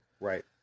Right